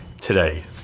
today